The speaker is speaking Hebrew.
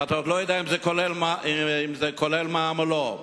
ואתה עוד לא יודע אם זה כולל מע"מ או לא.